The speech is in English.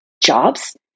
jobs